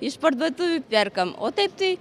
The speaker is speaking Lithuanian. iš parduotuvių perkam o taip tai